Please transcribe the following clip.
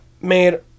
made